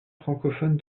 francophone